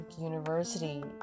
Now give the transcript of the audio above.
University